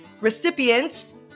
Recipients